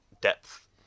depth